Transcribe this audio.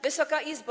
Wysoka Izbo!